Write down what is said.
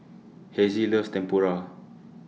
Hezzie loves Tempura